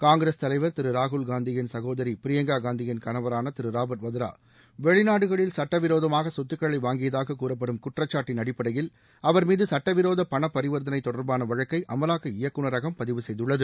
காங்கிரஸ் தலைவர் திரு ராகுல்காந்தியின் சகோதரி பிரியங்கா காந்தியின் கணவரான திரு ராபர்ட் வத்ரா வெளி நா டுகளி ல் சட்டவி ரோ தமாக சொத்துக்களை வாங்கியதாகக் கூற்ப்படும் குற்றக்காட்டின் அடிப்படையில் அவர் அமீது சட்டவி ரோத பணபரிவர்த்தனை தொடர்பான வழக்கை அமலாக்க இயக்கு நரகம் பதிவு செய்துள்ளது